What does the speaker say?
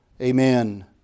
Amen